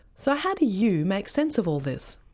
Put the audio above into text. so how do you make sense of all this?